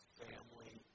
family